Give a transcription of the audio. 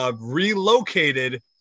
relocated